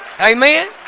Amen